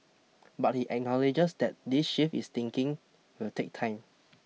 but he acknowledges that this shift is thinking will take time